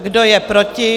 Kdo je proti?